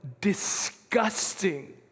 disgusting